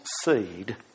seed